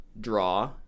Draw